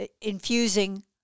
infusing